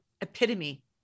epitome